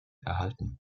erhalten